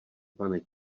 pane